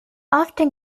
often